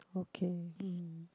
okay hmm